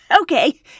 Okay